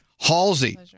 Halsey